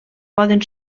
poden